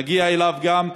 נגיע אליו גם,